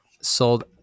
sold